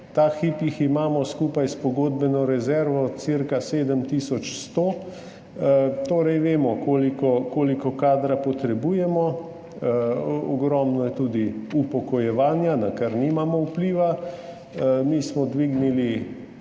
ta hip jih imamo skupaj s pogodbeno rezervo cirka sedem tisoč 100, torej vemo, koliko kadra potrebujemo. Ogromno je tudi upokojevanja, na kar nimamo vpliva. Mi smo dvignili